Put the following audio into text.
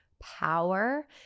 power